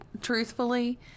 Truthfully